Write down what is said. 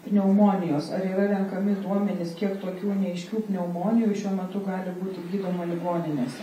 pneumonijos ar yra renkami duomenys kiek tokių neaiškių pneumonijų šiuo metu gali būti gydoma ligoninėse